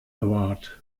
award